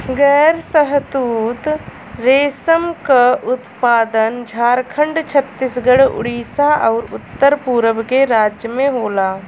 गैर शहतूत रेशम क उत्पादन झारखंड, छतीसगढ़, उड़ीसा आउर उत्तर पूरब के राज्य में होला